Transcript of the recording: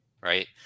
right